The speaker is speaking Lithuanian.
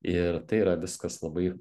ir tai yra viskas labai